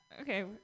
Okay